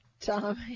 Tom